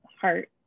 heart